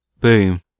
Boom